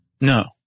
No